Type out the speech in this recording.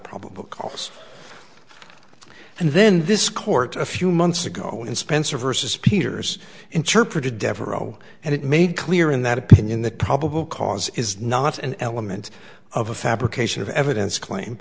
probable cause and then this court a few months ago in spencer versus peters interpreted devereaux and it made clear in that opinion that probable cause is not an element of a fabrication of evidence claim